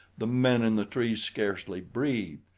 the men in the trees scarcely breathed.